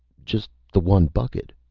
just the one bucket.